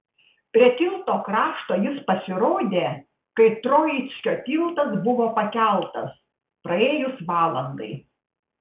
prie tilto krašto jis pasirodė kai troickio tiltas buvo pakeltas praėjus valandai